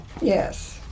Yes